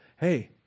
hey